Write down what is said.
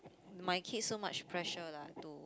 my kids so much pressure lah to